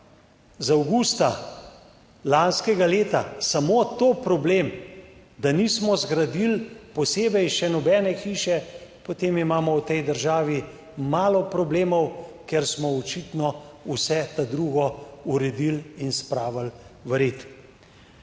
iz avgusta lanskega leta samo to problem, da nismo zgradili posebej še nobene hiše, potem imamo v tej državi malo problemov, ker smo očitno vse drugo uredili in spravili v red.